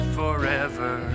forever